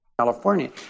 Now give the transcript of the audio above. California